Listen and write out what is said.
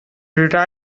retired